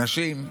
נשים,